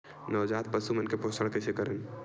नवजात पशु मन के पोषण कइसे करन?